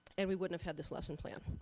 and we wouldn't have had this lesson plan.